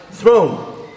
throne